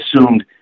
assumed